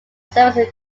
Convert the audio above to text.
surface